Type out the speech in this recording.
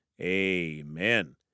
amen